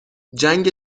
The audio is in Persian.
جنگ